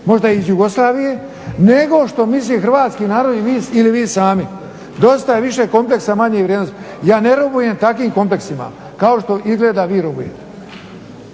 možda iz Jugoslavije, nego što misli hrvatski narod ili vi sami. Dosta je više kompleksna manje vrijednosti. Ja ne robujem takvim kodeksima, kao što izgleda vi robujete.